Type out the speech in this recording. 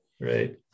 Right